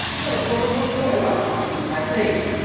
not a problem whatsoever. isn't that neat?